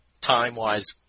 time-wise